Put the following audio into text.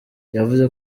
yavuze